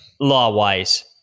law-wise